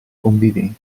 conviventi